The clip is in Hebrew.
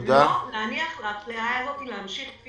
לא להניח לאפליה הזאת להמשיך.